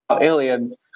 aliens